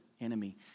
enemy